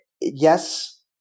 Yes